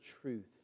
truth